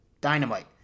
Dynamite